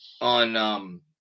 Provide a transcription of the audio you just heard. on, –